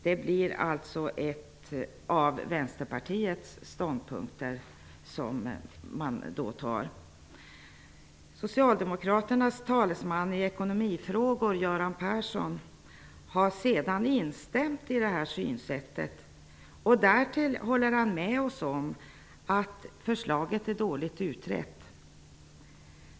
Det här är en av Göran Persson, har samma synsätt. Därtill håller han med oss om att förslaget är dåligt utrett.